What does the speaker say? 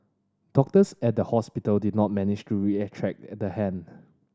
doctors at the hospital did not manage to reattach the hand